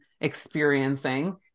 experiencing